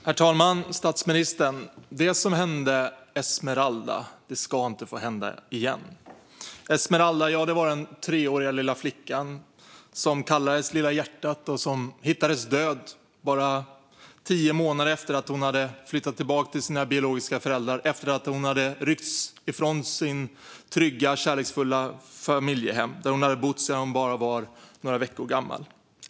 Herr talman och statsministern! Det som hände Esmeralda ska inte få hända igen. Esmeralda var den treåriga lilla flicka som kallades "Lilla hjärtat" och som hittades död bara tio månader efter att hon flyttat tillbaka till sina biologiska föräldrar. Hon hade då ryckts ifrån sitt trygga och kärleksfulla familjehem där hon hade bott sedan hon var bara några veckor gammal.